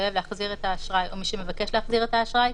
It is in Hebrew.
שהתחייב להחזיר את האשראי או מי שמבקש להחזיר את האשראי,